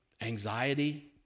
anxiety